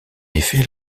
effet